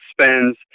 spends